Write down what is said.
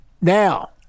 Now